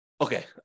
Okay